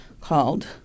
called